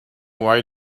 why